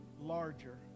Larger